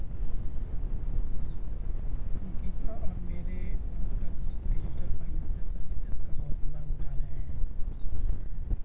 अंकिता और मेरे uncle digital finance services का बहुत लाभ उठा रहे हैं